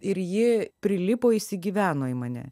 ir ji prilipo įsigyveno į mane